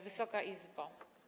Wysoka Izbo!